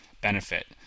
benefit